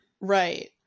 Right